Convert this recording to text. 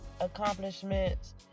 accomplishments